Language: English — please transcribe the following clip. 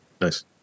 Nice